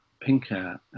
Pinker